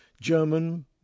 German